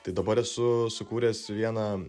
tai dabar esu sukūręs vieną